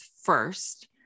first